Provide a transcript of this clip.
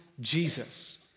Jesus